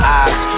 eyes